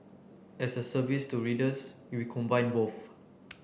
as a service to readers we combine both